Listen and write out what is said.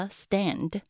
stand